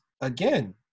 again